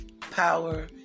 power